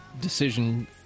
decision